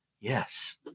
Yes